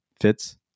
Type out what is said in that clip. fits